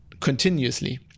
continuously